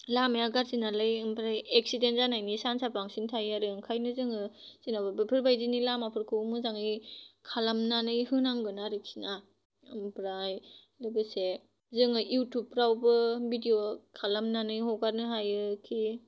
लामाया गाज्रि नालाय आमफ्राय एक्सिडेन्ट जानायनि चान्स आ बांसिन थायो आरो ओंखायनो जोङो जेनेबा बेफोरबायदिनि लामाफोरखौ मोजाङै खालामनानै होनांगोन आरोखि ना आमफ्राय लोगोसे जोङो इउटुउबफ्रावबो भिडिय' खालामनानै हगारनो हायोखि